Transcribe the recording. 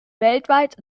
weltweit